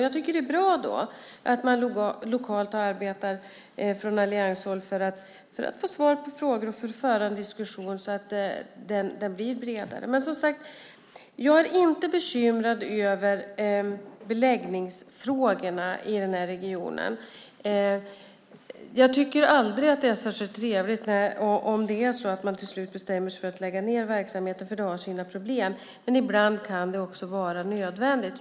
Jag tycker att det är bra att man lokalt från allianshåll arbetar för att få svar på frågor och för att föra en diskussion så att den blir bredare. Som sagt: Jag är inte bekymrad över beläggningsfrågorna i den här regionen. Jag tycker aldrig att det är särskilt trevligt om man till slut bestämmer sig för att lägga ned verksamheten, för det har sina problem, men ibland kan det också vara nödvändigt.